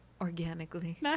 organically